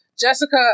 jessica